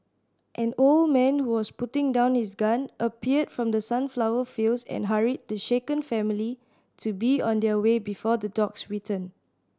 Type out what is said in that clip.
an old man who was putting down his gun appeared from the sunflower fields and hurried the shaken family to be on their way before the dogs return